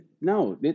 No